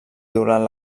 durant